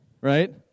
right